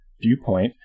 viewpoint